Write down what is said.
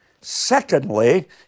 Secondly